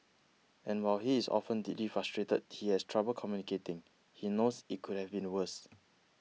and while he is often deeply frustrated he has trouble communicating he knows it could have been worse